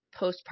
postpartum